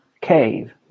cave